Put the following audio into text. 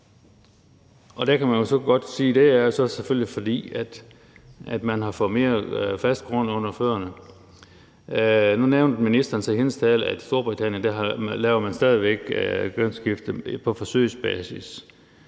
og der kan man jo selvfølgelig godt sige, at det er, fordi man har fået mere fast grund under fødderne. Nu nævnte ministeren så i sin tale, at man i Storbritannien stadig væk laver kønsskifte på forsøgsbasis.